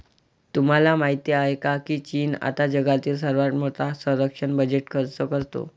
तुम्हाला माहिती आहे का की चीन आता जगातील सर्वात मोठा संरक्षण बजेट खर्च करतो?